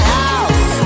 house